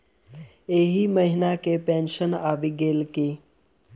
एहि महीना केँ पेंशन आबि गेल की